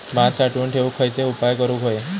भात साठवून ठेवूक खयचे उपाय करूक व्हये?